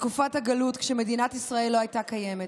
בתקופת הגלות כשמדינת ישראל לא הייתה קיימת,